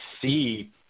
see